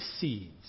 seeds